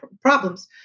problems